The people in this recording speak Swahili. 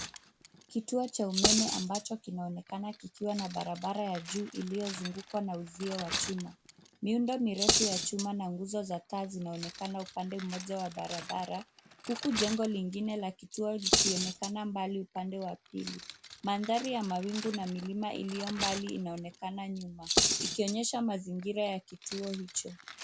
Kituo cha umeme ambacho kinaonekana kikiwa na barabara ya juu iliyozungukwa na uzio wa chuma. Miundo mirefu ya chuma na nguzo za taa zinaonekana upande mmoja wa barabara huku jengo lingine la kituo likionekana mbali. Upande wa pili mandhari ya mawingu na milima iliyo mbali inaonekana nyuma ikionyesha mazingira ya kituo hicho.